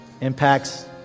impacts